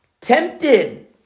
tempted